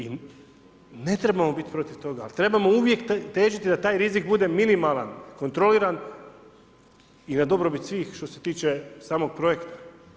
I ne trebamo biti protiv toga, ali trebamo uvijek težiti da taj rizik bude minimalan, kontroliran i na dobrobit svih što se tiče samog projekta.